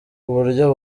uburyo